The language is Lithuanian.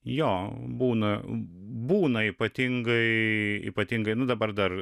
jo būna būna ypatingai ypatingai dabar dar